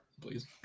please